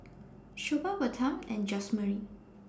Shelba Bertram and Jazmyne